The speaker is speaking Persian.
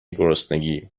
گرسنگی